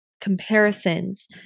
comparisons